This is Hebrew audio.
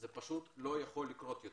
זה פשוט לא יכול לקרות יותר.